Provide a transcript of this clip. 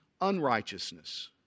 unrighteousness